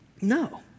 No